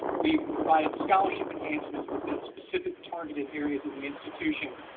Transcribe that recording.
we've provided scholarship enhancements within specific targeted areas of the institution,